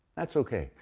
that's okay.